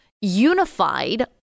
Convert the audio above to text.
unified